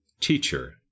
Teacher